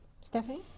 Stephanie